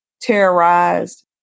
terrorized